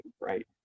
right